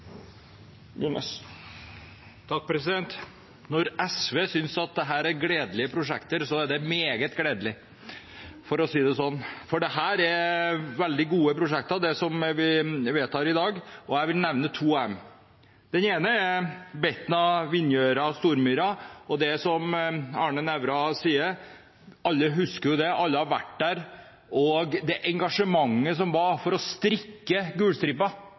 Når SV synes at dette er gledelige prosjekter, er det meget gledelig, for å si det sånn, for det vi vedtar i dag, er veldig gode prosjekter. Jeg vil nevne to av dem. Det ene er Betna–Vinjeøra–Stormyra. Som Arne Nævra sier – alle som har vært der, husker engasjementet som var for å strikke gulstripa.